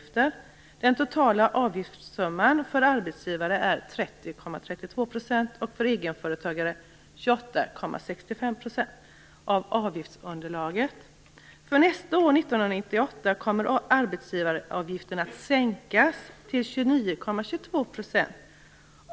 För nästa år, 1998, kommer arbetsgivaravgiften att sänkas till 29,22 %.